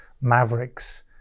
mavericks